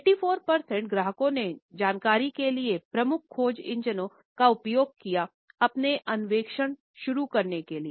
84 प्रतिशत ग्राहकों ने जानकारी के लिए प्रमुख खोज इंजनों का उपयोग किया अपने अन्वेषण शुरू करने के लिए